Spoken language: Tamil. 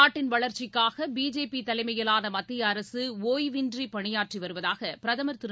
நாட்டின் வளர்ச்சிக்காக பிஜேபி தலைமையிலான மத்திய அரசு ஓய்வின்றி பணியாற்றி வருவதாக பிரதமர் திரு